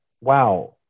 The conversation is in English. Wow